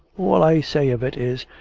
all i say of it is,